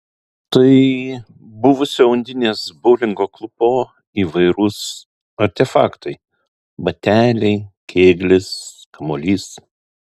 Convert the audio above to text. tai buvusio undinės boulingo klubo įvairūs artefaktai bateliai kėglis kamuolys